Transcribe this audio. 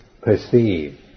perceive